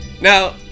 Now